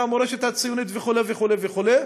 והמורשת הציונית וכו' וכו' וכו',